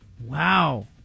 Wow